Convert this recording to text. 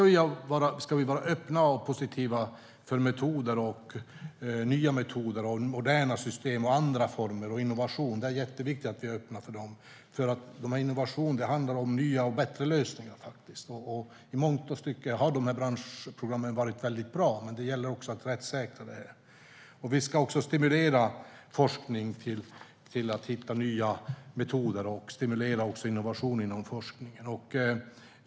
Vi ska vara öppna för och positiva till nya metoder, moderna system, andra former och innovation. Det är jätteviktigt att vi är öppna för det, för innovation handlar ju om nya och bättre lösningar. I mångt och mycket har branschprogrammen varit väldigt bra, men det gäller att rättssäkra dem. Vi ska också stimulera forskningen till att hitta nya metoder, och vi ska stimulera innovationer inom forskningen.